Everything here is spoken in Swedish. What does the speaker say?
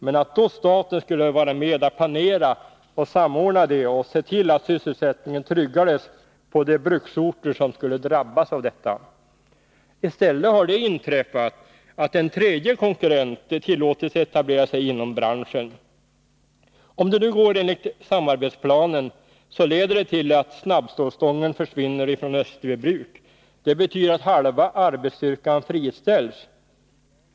Men då skall staten vara med och planera och samordna och se till att sysselsättningen tryggas på de bruksorter som skulle drabbas av detta. I stället har det inträffat att en tredje konkurrent tillåtits etablera sig inom branschen. Om det nu går enligt samarbetsplanen, leder det till att snabbstålsstången försvinner från Österbybruk. Det betyder att halva arbetsstyrkan friställs.